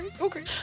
Okay